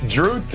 Drew